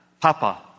Papa